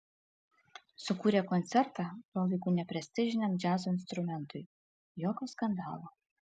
sukūrė koncertą tuo laiku neprestižiniam džiazo instrumentui jokio skandalo